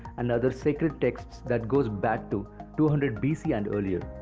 and other sacred texts that goes back to two hundred bc and earlier.